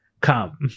come